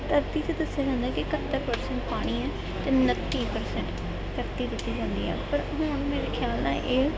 ਧਰਤੀ 'ਤੇ ਦੱਸਿਆ ਜਾਂਦਾ ਕਿ ਇਕਹੱਤਰ ਪਰਸੈਂਟ ਪਾਣੀ ਹੈ ਅਤੇ ਉਨੱਤੀ ਪਰਸੈਂਟ ਧਰਤੀ ਦਿਖੀ ਜਾਂਦੀ ਹੈ ਪਰ ਹੁਣ ਮੇਰੇ ਖਿਆਲ ਨਾਲ ਇਹ